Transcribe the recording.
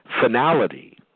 finality